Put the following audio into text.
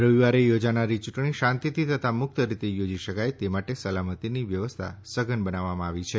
રવિવારે યોજાનારી ચૂંટણી શાંતિથી તથા મુક્ત રીતે યોજી શકાય તે માટે સલામતીની વ્યવસ્થા સઘન બનાવવામાં આવી છે